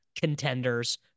contenders